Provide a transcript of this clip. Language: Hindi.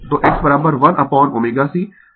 तो x 1 अपोन ω c